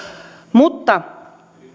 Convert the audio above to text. mutta